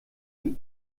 die